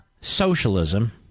socialism